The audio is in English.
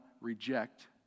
reject